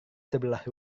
sebelah